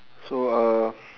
so uh